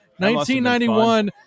1991